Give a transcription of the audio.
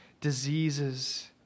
diseases